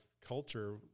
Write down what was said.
culture